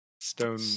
Stone